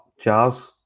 jazz